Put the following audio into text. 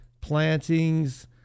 plantings